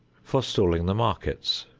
forestalling the markets,